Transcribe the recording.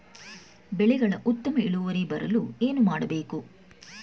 ಬೆಳೆಗಳ ಉತ್ತಮ ಇಳುವರಿ ಬರಲು ಏನು ಮಾಡಬೇಕು?